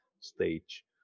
stage